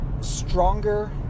stronger